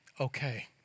okay